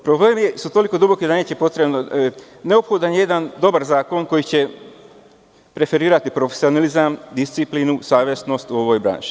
Problemi su toliko duboki da je neophodan jedan dobar zakon koji će preferirati profesionalizam, disciplinu, savesnost u ovoj branši.